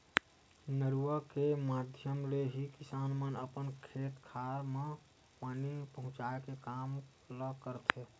नरूवा के माधियम ले ही किसान मन अपन खेत खार म पानी पहुँचाय के काम ल करथे